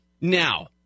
Now